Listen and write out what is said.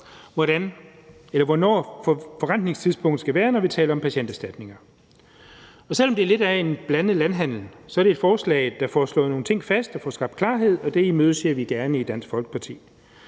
hvornår forrentningstidspunktet skal være, når vi taler om patienterstatninger, og selv om det er lidt af en blandet landhandel, er det et forslag, der får slået nogle ting fast, og som får skabt klarhed, og det imødeser vi gerne i Dansk Folkeparti.